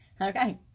Okay